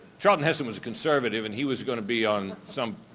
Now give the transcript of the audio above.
charlton heston was a conservative and he was gonna be on some,